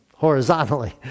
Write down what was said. horizontally